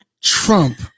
Trump